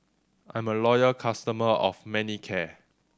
I'm a loyal customer of Manicare